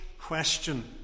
question